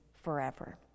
forever